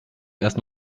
erst